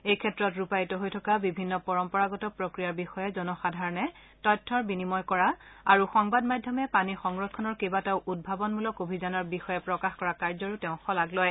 এই ক্ষেত্ৰত ৰূপায়িত হৈ অহা বিভিন্ন পৰম্পৰাগত প্ৰক্ৰিয়াৰ বিষয়ে জনসাধাৰণে তথ্যৰ বিনিময় কৰা আৰু সংবাদ মাধ্যমে পানী সংৰক্ষণৰ কেইবাটাও উভাৱনমূলক অভিযানৰ বিষয়ে প্ৰকাশ কৰা কাৰ্যৰো তেওঁ শলাগ লয়